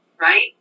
right